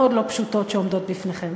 המאוד לא פשוטות שעומדות בפניכם.